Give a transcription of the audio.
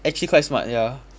actually quite smart ya